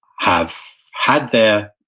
have had their,